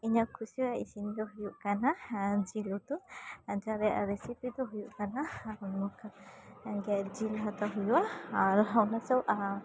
ᱤᱧᱟᱹᱜ ᱠᱷᱩᱥᱤᱭᱟᱜ ᱤᱥᱤᱱᱫᱚ ᱦᱩᱭᱩᱜ ᱠᱟᱱᱟ ᱡᱤᱞ ᱩᱛᱩ ᱟᱨ ᱡᱟᱦᱟᱸ ᱨᱮᱭᱟᱜ ᱨᱮᱭᱟᱜ ᱨᱮᱥᱤᱯᱤᱫᱚ ᱦᱩᱭᱩᱜ ᱠᱟᱱᱟ ᱱᱚᱠᱟ ᱜᱮᱫᱡᱤᱞ ᱦᱟᱛᱟᱣ ᱦᱩᱭᱩᱜᱼᱟ ᱟᱨ ᱚᱱᱟᱫᱚ